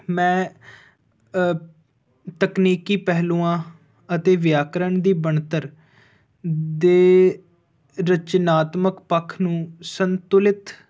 ਮੈਂ ਤਕਨੀਕੀ ਪਹਿਲੂਆਂ ਅਤੇ ਵਿਆਕਰਣ ਦੀ ਬਣਤਰ ਦੇ ਰਚਨਾਤਮਕ ਪੱਖ ਨੂੰ ਸੰਤੁਲਿਤ